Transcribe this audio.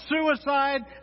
Suicide